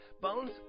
Bones